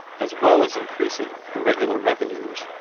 as well as increasing the regular revenues.